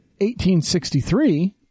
1863